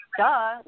duh